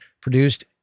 produced